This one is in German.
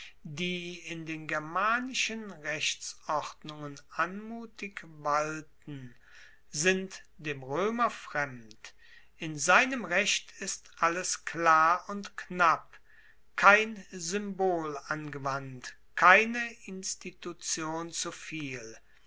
die in den germanischen rechtsordnungen anmutig walten sind dem roemer fremd in seinem recht ist alles klar und knapp kein symbol angewandt keine institution zuviel